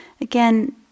again